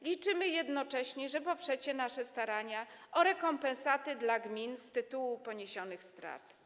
Liczymy jednocześnie, że poprzecie nasze starania o rekompensaty dla gmin z tytułu poniesionych strat.